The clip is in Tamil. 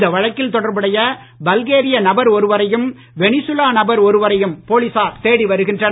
இந்த வழக்கில் தொடர்புடைய பல்கேரிய நபர் ஒருவரையும் வெனிசுவேலா நபர் ஒருவரையும் போலீசார் தேடி வருகின்றனர்